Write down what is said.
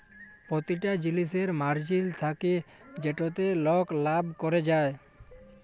পতিটা জিলিসের মার্জিল থ্যাকে যেটতে লক লাভ ক্যরে যায়